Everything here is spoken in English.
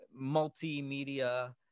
multimedia